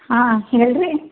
ಹಾಂ ಹೇಳಿ ರೀ